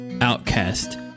outcast